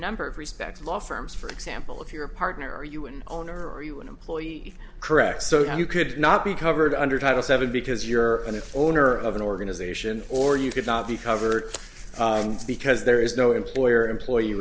number of respects law firms for example if your partner are you an owner or are you an employee correct so you could not be covered under title seven because you're an owner of an organization or you could not be covered because there is no employer employee